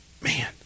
Man